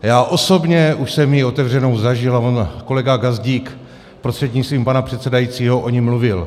Já osobně jsem už ji otevřenou zažil a kolega Gazdík prostřednictvím pana předsedajícího o ní mluvil.